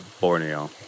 Borneo